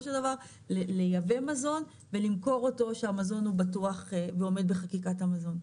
של דבר לייבא מזון ולמכור אותו שהמזון הוא בטוח ועומד בחקיקת המזון,